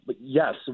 yes